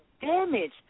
damage